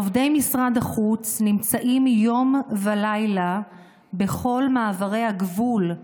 עובדי משרד החוץ נמצאים יום ולילה בכל מעברי הגבול,